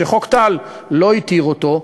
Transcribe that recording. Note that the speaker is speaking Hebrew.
וחוק טל לא התיר אותו,